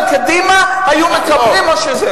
בקדימה היינו מקבלים יותר מאשר זה.